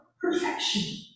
perfection